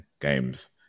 games